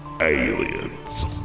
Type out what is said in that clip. aliens